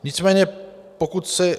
Nicméně pokud se...